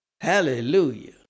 Hallelujah